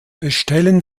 bestellen